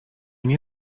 nie